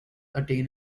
attain